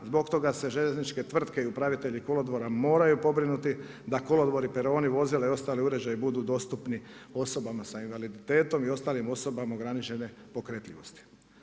Zbog toga se željezničke tvrtke i upravitelji kolodvora moraju pobrinuti, da kolodvori, peroni voze i ostali uređaji budu dostupni osobama sa invaliditetom i ostalim osobama ograničene pokretljivosti.